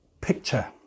picture